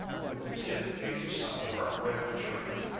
with a tip made of some dark-red material.